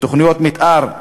תוכניות מתאר,